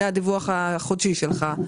הינה הדיווח החודשי שלך.